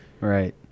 right